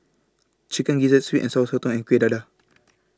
Chicken Gizzard Sweet and Sour Sotong and Kuih Dadar